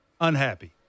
unhappy